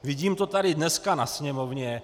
Vidím to tady dneska na sněmovně.